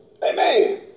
Amen